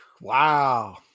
Wow